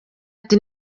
ati